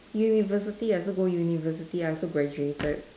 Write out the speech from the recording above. university I also go university I also graduated